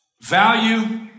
Value